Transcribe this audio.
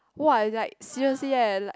!wah! like seriously leh like